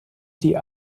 die